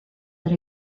that